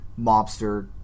mobster